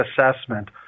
assessment